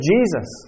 Jesus